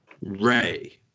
Ray